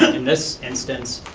in this instance,